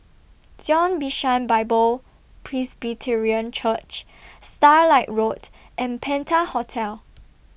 Zion Bishan Bible Presbyterian Church Starlight Road and Penta Hotel